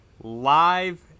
Live